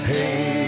Hey